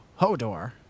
Hodor